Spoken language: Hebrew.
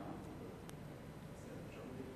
מגולדסטון